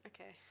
Okay